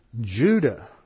Judah